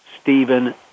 Stephen